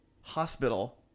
hospital